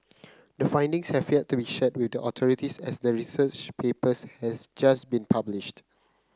the findings have yet to be shared with the authorities as the research papers has just been published